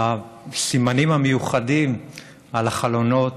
הסימנים המיוחדים על החלונות,